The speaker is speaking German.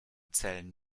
zählen